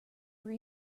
were